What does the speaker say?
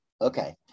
Okay